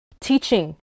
teaching